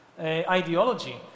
ideology